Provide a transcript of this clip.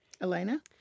elena